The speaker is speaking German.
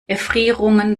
erfrierungen